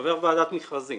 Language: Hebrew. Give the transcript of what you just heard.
ועדת המכרזים